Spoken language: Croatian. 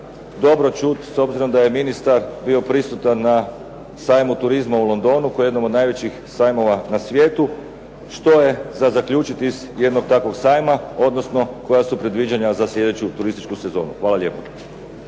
dobro čuti s obzirom da je ministar bio prisutan na sajmu turizma u Londonu, kao jednom od najvećih sajmova na svijetu, što je za zaključiti iz jednog takvog sajma, odnosno koja su predviđanja za sljedeću turističku sezonu? Hvala lijepo.